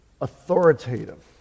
authoritative